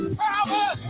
power